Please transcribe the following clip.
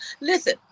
listen